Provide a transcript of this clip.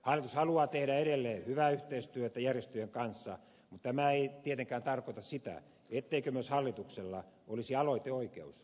hallitus haluaa tehdä edelleen hyvää yhteistyötä järjestöjen kanssa mutta tämä ei tietenkään tarkoita sitä ettei myös hallituksella olisi aloiteoikeus kolmikannassa